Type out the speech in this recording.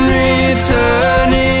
returning